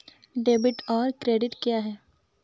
Debit और credit क्या है?